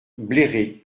bléré